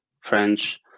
french